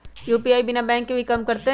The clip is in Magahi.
यू.पी.आई बिना बैंक के भी कम करतै?